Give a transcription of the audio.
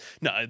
No